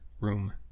room